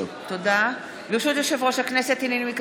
שלושה נמנעים.